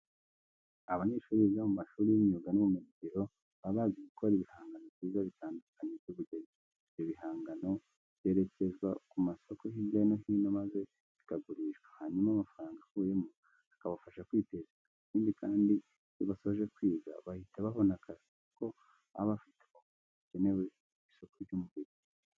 Abanyeshuri biga mu mashuri y'imyuga n'ubumenyingiro baba bazi gukora ibihangano byiza bitandukanye by'ubugeni. Ibyo bihangano byerekezwa ku masoko hirya no hino maze bikagurishwa, hanyuma amafaranga avuyemo akabafasha kwiteza imbere. Ikindi kandi, iyo basoje kwiga bahita babona akazi kuko baba bafite ubumenyi bukenewe ku isoko ry'umurimo.